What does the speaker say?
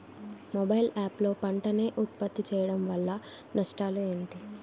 Mobile app లో పంట నే ఉప్పత్తి చేయడం వల్ల నష్టాలు ఏంటి?